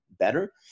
Better